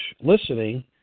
listening